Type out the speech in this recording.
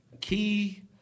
Key